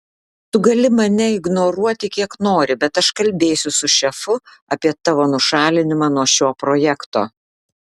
tu gali mane ignoruoti kiek nori bet aš kalbėsiu su šefu apie tavo nušalinimą nuo šio projekto